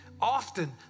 Often